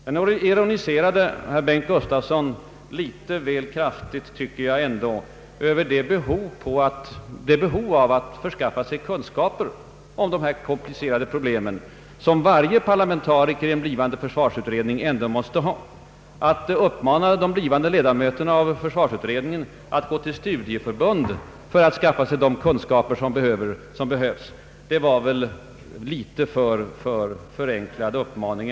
Sedan ironiserade herr Bengt Gustavsson litet väl kraftigt, tycker jag, över behovet av att skaffa sig de kunskaper om dessa komplicerade problem som varje parlamentariker i en blivande försvarsutredning måste ha. Att uppmana de blivande ledamöterna att gå till studieförbund för att skaffa sig kunskaper, var väl en litet för förenklad uppmaning.